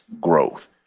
growth